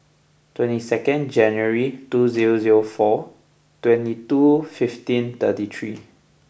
twenty second January two zero zero four twenty two fifteen thirty three